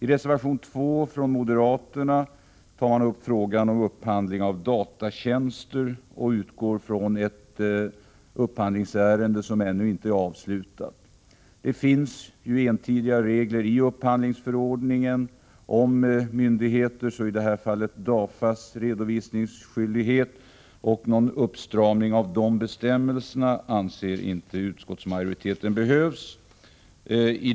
I reservation 2 från moderaterna tar man upp frågan om upphandling av datatjänster och utgår från ett upphandlingsärende som ännu inte är avslutat. Det finns entydiga regler i upphandlingsförordningen om myndigheters — i detta fall DAFA:s redovisningsskyldighet. Någon uppstramning av de bestämmelserna anser inte utskottsmajoriteten behövs.